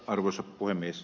arvoisa puhemies